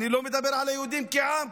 אני לא מדבר על היהודים כעם,